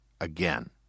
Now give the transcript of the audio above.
again